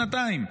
שנתיים,